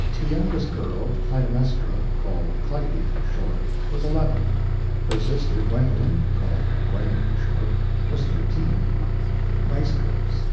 the youngest girl, clytemnestra called clytie for short was eleven her sister, gwendolen called gwen for short was thirteen nice girls,